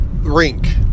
rink